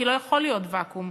כי לא יכול להיות ואקום.